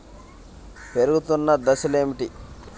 పెరుగుతున్న దశలు ఏమిటి?